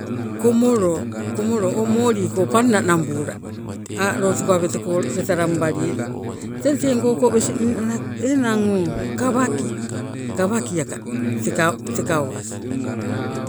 Komolo o moli ko panna nambula aa lotu aweteko leta lambalie, teng teego okowesi ninala enang o kawaka aka teka owas.